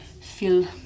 feel